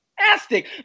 Fantastic